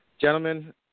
gentlemen